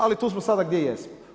Ali tu smo sada gdje jesmo.